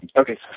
Okay